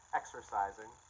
exercising